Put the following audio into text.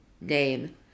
name